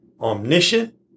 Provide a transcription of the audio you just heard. omniscient